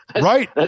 Right